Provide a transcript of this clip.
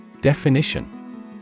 Definition